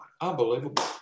Unbelievable